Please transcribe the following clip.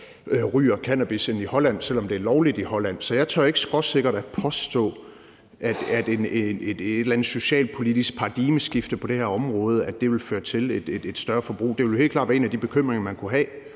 ryger cannabis, end i Holland, selv om det er lovligt i Holland. Så jeg tør ikke skråsikkert påstå, at et eller andet socialpolitisk paradigmeskifte på det her område vil føre til et større forbrug. Det vil helt klart være en af de bekymringer, man kunne have,